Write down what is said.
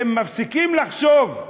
אתם מפסיקים לחשוב,